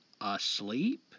asleep